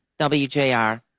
WJR